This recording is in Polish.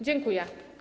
Dziękuję.